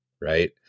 right